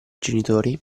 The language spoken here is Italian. genitori